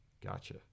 Gotcha